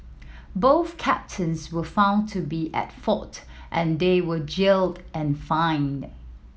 both captains were found to be at fault and they were jailed and fined